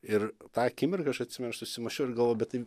ir tą akimirką aš atsimenu aš susimąsčiau ir galvojau bet tai